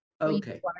Okay